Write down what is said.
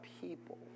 people